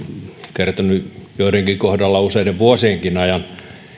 kertynyt joidenkin kohdalla useiden vuosienkin ajan